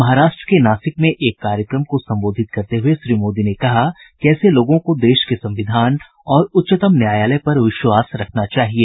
महाराष्ट्र के नासिक में एक कार्यक्रम को संबोधित करते हुये श्री मोदी ने कहा कि ऐसे लोगों को देश के संविधान और उच्चतम न्यायालय पर विश्वास रखना चाहिए